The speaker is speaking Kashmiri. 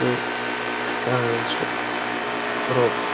تہٕ کَران سُہ روٚف